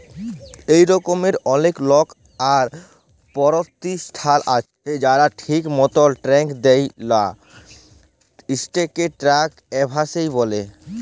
ইরকম অলেক লক আর পরতিষ্ঠাল আছে যারা ঠিক মতল ট্যাক্স দেয় লা, সেটকে ট্যাক্স এভাসল ব্যলে